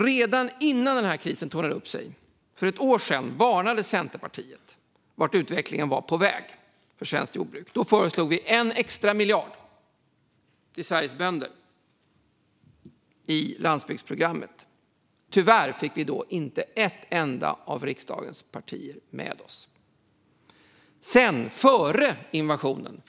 Redan innan den här krisen tornade upp sig, för ett år sedan, varnade Centerpartiet för vart utvecklingen var på väg för svenskt jordbruk. Då föreslog vi en extra miljard till Sveriges bönder i landsbygdsprogrammet. Tyvärr fick vi då inte ett enda av riksdagens partier med oss.